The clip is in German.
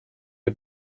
die